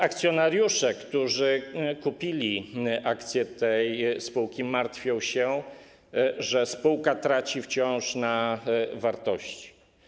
Akcjonariusze, którzy kupili akcje tej spółki, martwią się, że spółka wciąż traci na wartości.